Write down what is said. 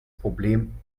problem